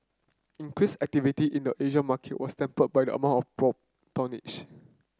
increased activity in the Asian market was tempered by the amount of prompt tonnage